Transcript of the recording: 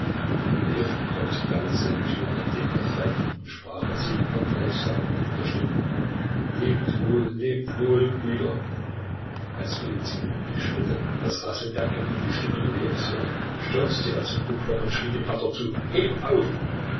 bekreuzigte alle zellentüren an denen er vorbeiging und sprach mit singender gleichsam rufender stimme lebt wohl lebt wohl brüder als golizyn die schritte das rasseln der ketten und die stimme rylejews hörte stürzte er zum guckloch und schrie dem wärter zu heb auf